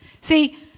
See